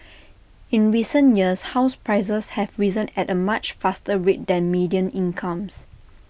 in recent years house prices have risen at A much faster rate than median incomes